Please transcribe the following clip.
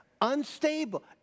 Unstable